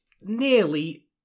nearly